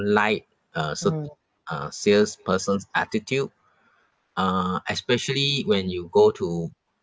like a cert~ a salesperson's attitude uh especially when you go to